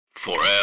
Forever